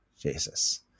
Jesus